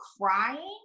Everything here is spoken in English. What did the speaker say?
crying